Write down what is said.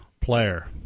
player